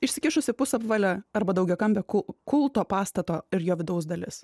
išsikišusi pusapvalė arba daugiakampė kul kulto pastato ir jo vidaus dalis